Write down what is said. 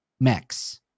max